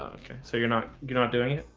okay, so you're not you're not doing it